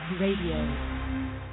Radio